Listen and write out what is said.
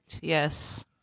Yes